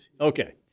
Okay